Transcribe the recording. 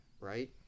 right